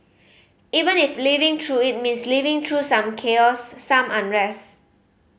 even if living through it means living through some chaos some unrest